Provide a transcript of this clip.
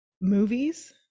movies